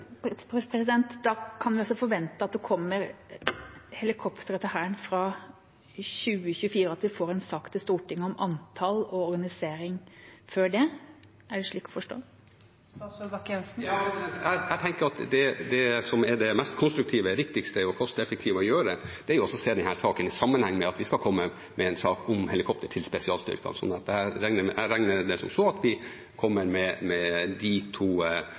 Da kan vi altså forvente at det kommer helikopter til Hæren fra 2024, og at vi får en sak til Stortinget om antall og organisering før det. Er det slik å forstå? Jeg tenker at det som er det mest konstruktive, riktigste og mest kosteffektive å gjøre, er å se denne saken i sammenheng med at vi skal komme med en sak om helikopter til spesialstyrkene. Så jeg regner med at vi kommer med de to forslagene i samme sak til Stortinget. Det er litt det samme spørsmålet, men jeg vil allikevel gjenta det,